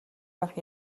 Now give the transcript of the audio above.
байх